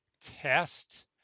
test